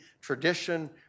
tradition